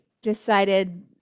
decided